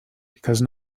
because